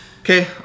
Okay